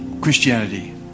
Christianity